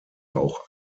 auch